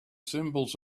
symbols